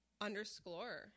underscore